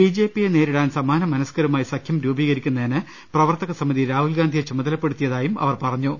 ബിജെപിയെ നേരിടാൻ സമാനമ്നസ്കുരുമായി സഖ്യം രൂപീ കരിക്കുന്നതിന് പ്രവർത്തകസമിതി രാഹുൽഗാന്ധിയെ ചുമതല പ്പെടുത്തിയതായിയും അവർ പറഞ്ഞു